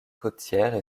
côtières